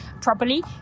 properly